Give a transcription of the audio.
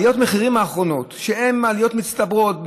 עליות המחירים האחרונות הן עליות מצטברות,